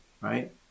right